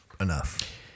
enough